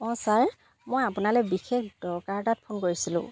অঁ ছাৰ মই আপোনালৈ বিশেষ দৰকাৰ এটাত ফোন কৰিছিলোঁ